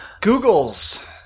Google's